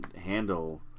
handle